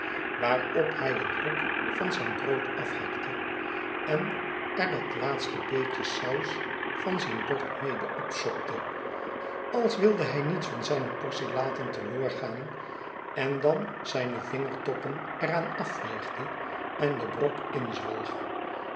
waarop hij een hoek van zijn brood afhakte en er het laatste beetje saus van zijn bord mede opsopte als wilde hij niets van zijne portie laten te loor gaan en dan zijne vingertoppen er aan afveegde en den brok inzwolg